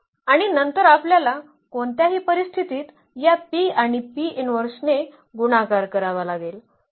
तर आणि नंतर आपल्याला कोणत्याही परिस्थितीत या P आणि ने गुणाकार करावा लागेल